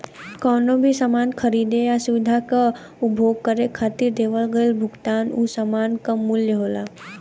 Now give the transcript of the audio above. कउनो भी सामान खरीदे या सुविधा क उपभोग करे खातिर देवल गइल भुगतान उ सामान क मूल्य होला